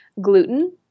gluten